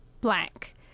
blank